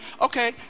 okay